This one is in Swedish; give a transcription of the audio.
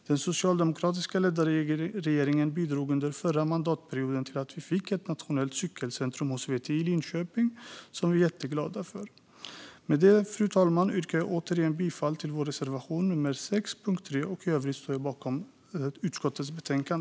Den socialdemokratiskt ledda regeringen bidrog under förra mandatperioden till att vi fick ett nationellt cykelcentrum hos VTI i Linköping, vilket vi glada för. Fru talman! Jag yrkar åter bifall till vår reservation nummer 6, punkt 3. I övrigt står jag bakom utskottets förslag.